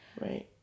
Right